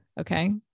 Okay